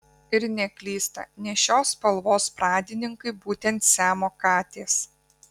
ir neklysta nes šios spalvos pradininkai būtent siamo katės